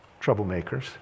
troublemakers